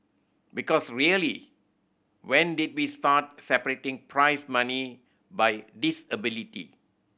because really when did we start separating prize money by disability